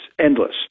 endless